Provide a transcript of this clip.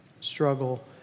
struggle